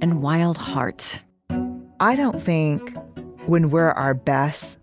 and wild hearts i don't think when we're our best